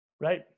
Right